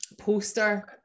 poster